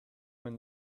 when